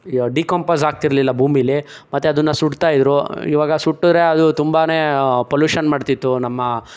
decompose ಆಗ್ತಿರ್ಲಿಲ್ಲ ಭೂಮಿಯಲ್ಲಿ ಮತ್ತು ಅದನ್ನ ಸುಡ್ತಾ ಇದ್ದರು ಈವಾಗ ಸುಟ್ಟಿದ್ರೆ ಅದು ತುಂಬಾ ಪೊಲ್ಯೂಷನ್ ಮಾಡ್ತಿತ್ತು ನಮ್ಮ